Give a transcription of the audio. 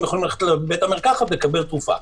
יכולים ללכת לבית המרקחת לקבל תרופה.